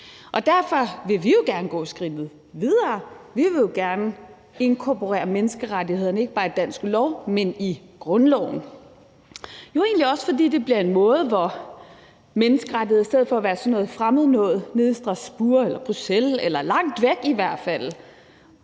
Derfor vil vi gerne gå skridtet videre. Vi vil jo gerne inkorporere menneskerettighederne ikke bare i dansk lov, men jo egentlig også i grundloven, fordi det bliver en måde, hvorpå menneskerettigheder i stedet for at være sådan noget fremmed noget nede i Strasbourg eller Bruxelles eller langt væk i hvert fald